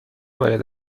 باید